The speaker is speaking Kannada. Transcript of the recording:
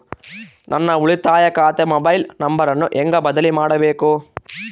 ನನ್ನ ಉಳಿತಾಯ ಖಾತೆ ಮೊಬೈಲ್ ನಂಬರನ್ನು ಹೆಂಗ ಬದಲಿ ಮಾಡಬೇಕು?